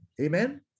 Amen